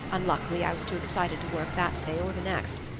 unluckily i was too excited to work that day or the next,